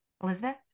Elizabeth